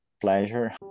pleasure